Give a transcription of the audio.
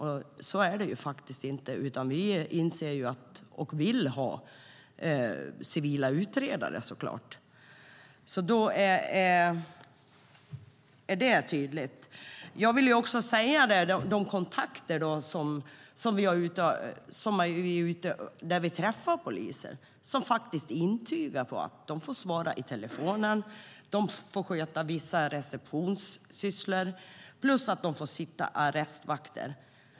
Så är det faktiskt inte. Vi vill så klart ha civila utredare. Då har jag gjort det tydligt. Jag vill också säga att vi träffar poliser som faktiskt intygar att de får svara i telefonen, de får sköta vissa receptionssysslor och de får sitta arrestvakt.